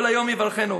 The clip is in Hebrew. כל היום יברכנהו.